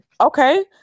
Okay